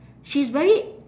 she's very